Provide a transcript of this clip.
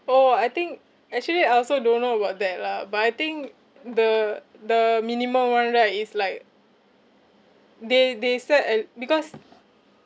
oh I think actually I also don't know about that lah but I think the the minimum [one] right is like they they set at because